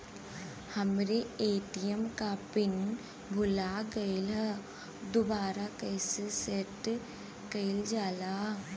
हमरे ए.टी.एम क पिन भूला गईलह दुबारा कईसे सेट कइलजाला?